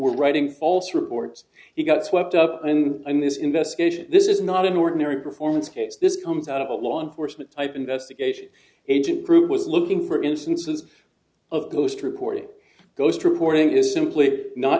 were writing false reports he got swept up in this investigation this is not an ordinary performance case this comes out of a law enforcement type investigation agent group was looking for instances of ghost reporting ghost reporting is simply not